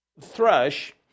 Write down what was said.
thrush